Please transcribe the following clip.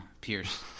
Pierce